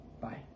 Bye